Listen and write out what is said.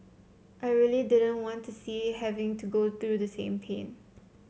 I really didn't want to see having to go through the same pain